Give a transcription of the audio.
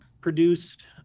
produced